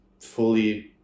fully